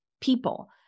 people